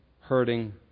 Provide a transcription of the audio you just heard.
hurting